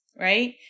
right